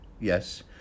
yes